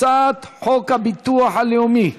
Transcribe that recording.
הצעת חוק הביטוח הלאומי (תיקון,